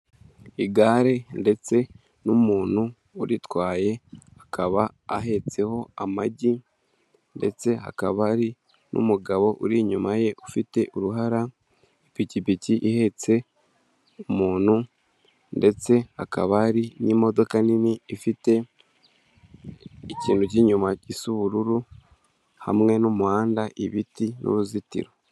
Igare ndetse n'umuntu uritwaye akaba ahetseho amagi ndetse hakaba hari n'umugabo uri inyuma ye ufite uruhara, ipikipiki ihetse umuntu ndetse hakaba hari n'imodoka nini ifite ikintu cy'inyuma gisa ubururu hamwe n'umuhanda, ibiti n'uruzitiro.